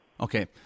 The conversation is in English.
okay